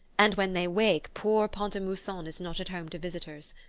and when they wake poor pont-a-mousson is not at home to visitors.